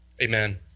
Amen